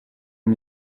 non